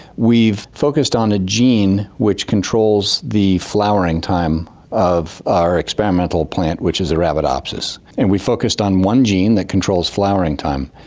we've focused on a gene which controls the flowering time of our experimental plant, which is arabidopsis, and we focused on one gene that controls flowering time.